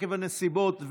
עקב הנסיבות,